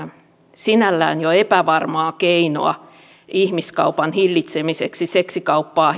sinällään jo epävarmaa keinoa ihmiskaupan hillitsemiseksi seksikauppaa